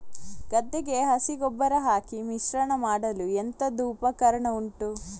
ಗದ್ದೆಗೆ ಹಸಿ ಗೊಬ್ಬರ ಹಾಕಿ ಮಿಶ್ರಣ ಮಾಡಲು ಎಂತದು ಉಪಕರಣ ಉಂಟು?